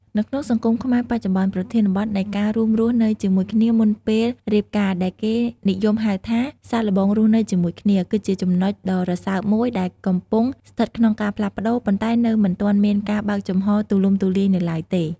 នៅក្នុងសង្គមខ្មែរបច្ចុប្បន្ន ប្រធានបទនៃការរួមរស់នៅជាមួយគ្នាមុនពេលរៀបការ ដែលគេនិយមហៅថា "សាកល្បងរស់នៅជាមួយគ្នា" គឺជាចំណុចដ៏រសើបមួយដែលកំពុងស្ថិតក្នុងការផ្លាស់ប្តូរ ប៉ុន្តែនៅមិនទាន់មានការបើកចំហរទូលំទូលាយនៅឡើយទេ។